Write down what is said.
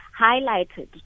highlighted